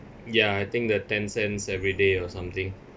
ya I think the ten cents every day or something